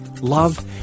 love